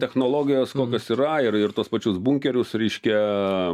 technologijos kokios yra ir ir tuos pačius bunkerius reiškia